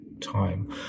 time